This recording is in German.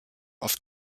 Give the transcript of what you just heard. auf